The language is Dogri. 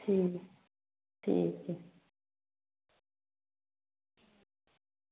ठीक ठीक ऐ